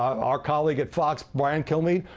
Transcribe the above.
our colleague at fox, brian kilmeade,